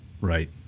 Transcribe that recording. Right